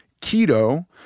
keto